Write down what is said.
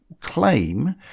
claim